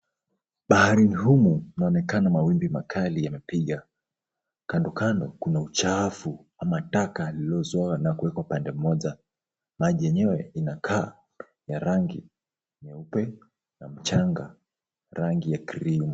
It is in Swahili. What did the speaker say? Baharini humu inaonekana mawimbi makali yamepiga, kandokando kuna uchafu ama taka lililozoa na kuweka upande mmoja, maji yenye inakaa ya rangi nyeupe na mchanga rangi ya krimu .